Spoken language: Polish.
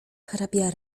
hrabia